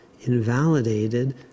invalidated